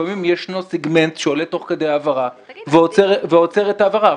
לפעמים ישנו סגמנט שעולה תוך כדי העברה ועוצר את ההעברה.